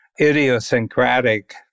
idiosyncratic